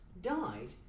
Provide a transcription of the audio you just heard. died